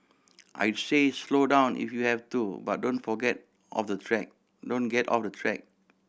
I say slow down if you have to but don't forget off the track don't get off the track